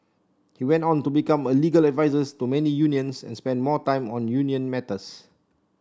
he went on to become a legal advisors to many unions and spent more time on union matters